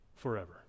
Forever